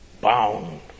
Bound